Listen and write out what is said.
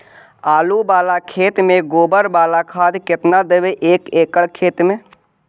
आलु बाला खेत मे गोबर बाला खाद केतना देबै एक एकड़ खेत में?